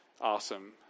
awesome